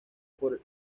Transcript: por